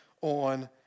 on